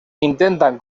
intentan